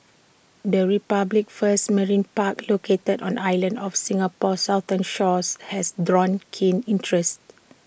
the republic's first marine park located on islands off Singapore's southern shores has drawn keen interest